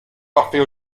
parfait